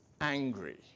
angry